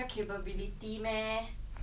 看 lor 以后再看 lor see lor